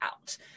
out